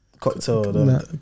Cocktail